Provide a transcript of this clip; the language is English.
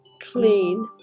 clean